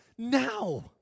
Now